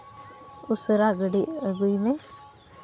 ᱩᱥᱟᱹᱨᱟ ᱜᱟᱹᱰᱤ ᱟᱹᱜᱩᱭ ᱢᱮ